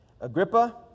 Agrippa